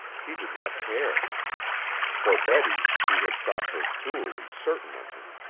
he did not care for betty, he had thought her cruelly certain of him.